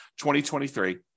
2023